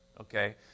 okay